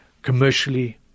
commercially